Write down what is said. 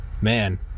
man